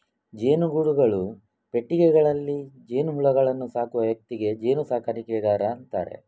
ಜೇನುಗೂಡುಗಳು, ಪೆಟ್ಟಿಗೆಗಳಲ್ಲಿ ಜೇನುಹುಳುಗಳನ್ನ ಸಾಕುವ ವ್ಯಕ್ತಿಗೆ ಜೇನು ಸಾಕಣೆಗಾರ ಅಂತಾರೆ